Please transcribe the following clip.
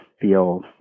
feel